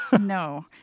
No